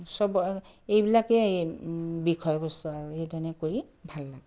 চবৰে এইবিলাকেই বিষয়বস্তু আৰু এইধৰণে কৰি ভাল লাগে